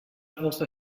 also